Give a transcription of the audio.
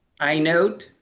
iNote